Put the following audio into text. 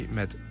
met